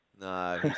No